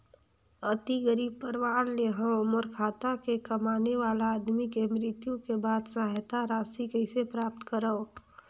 अति गरीब परवार ले हवं मोर घर के कमाने वाला आदमी के मृत्यु के बाद सहायता राशि कइसे प्राप्त करव?